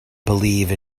believe